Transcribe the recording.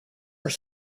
are